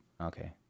Okay